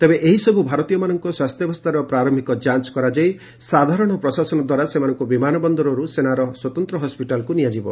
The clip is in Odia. ତେବେ ଏହିସବୁ ଭାରତୀୟମାନଙ୍କ ସ୍ୱାସ୍ଥ୍ୟାବସ୍ଥାର ପ୍ରାରମ୍ଭିକ ଯାଞ୍ଚ କରାଯାଇ ସାଧାରଣ ପ୍ରଶାସନ ଦ୍ୱାରା ସେମାନଙ୍କୁ ବିମାନବନ୍ଦରରୁ ସେନାର ସ୍ୱତନ୍ତ୍ର ହସ୍କଟାଲକୁ ନିଆଯିବ